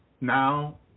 Now